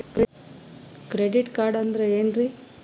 Credit card ಅಂದ್ರ ಏನ್ರೀ?